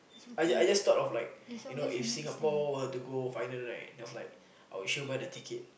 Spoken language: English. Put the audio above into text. I just I just thought of like you know if Singapore were to go final right I was like I will sure buy the ticket